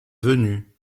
venue